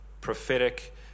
prophetic